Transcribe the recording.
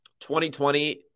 2020